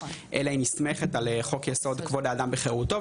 אלא היא נסמכת על חוק יסוד כבוד האדם וחירותו,